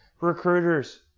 Recruiters